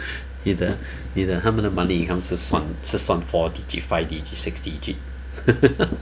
你的你的他们的 monthly income 是算是算 fort~ digit five digit sixty digit